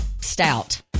stout